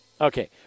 Okay